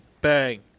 Bang